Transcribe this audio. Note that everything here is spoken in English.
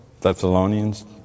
Thessalonians